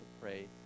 pray